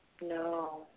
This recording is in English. No